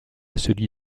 celui